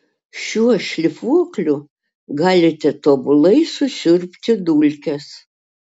šiuo šlifuokliu galite tobulai susiurbti dulkes